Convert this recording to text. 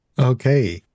Okay